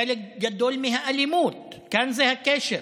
חלק גדול מהאלימות, כאן זה הקשר,